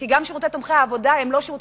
כי גם השירותים תומכי העבודה הם לא שירותים